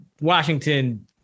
Washington